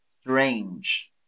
strange